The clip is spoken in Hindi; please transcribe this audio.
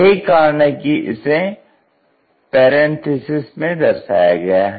यही कारण है कि इसे पैरेंथेसिस में दर्शाया गया है